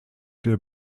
der